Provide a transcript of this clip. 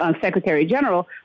secretary-general